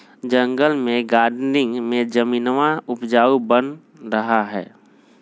जंगल में गार्डनिंग में जमीनवा उपजाऊ बन रहा हई